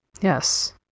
Yes